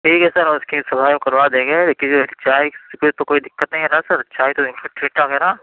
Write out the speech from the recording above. ٹھیک ہے سر اور اِس کی صفائی ہم کروا دیں گے لیکن جو چائے سے تو کوئی تو دقت نہیں ہے نا سر چائے تو ویسے ٹھیک ٹھاک ہے نا